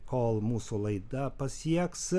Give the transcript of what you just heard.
kol mūsų laida pasieks